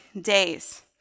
days